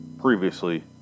Previously